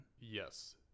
yes